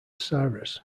cyrus